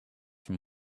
from